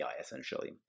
essentially